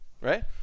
Right